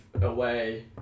away